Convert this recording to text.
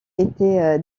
été